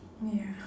ya